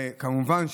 כמובן,